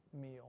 meal